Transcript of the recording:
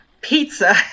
Pizza